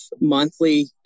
monthly